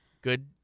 Good